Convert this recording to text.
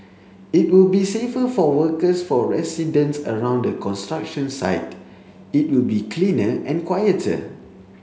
it will be safer for workers for residents around the construction site it will be cleaner and quieter